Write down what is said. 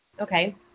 Okay